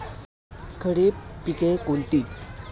खरीप पिके कोणती?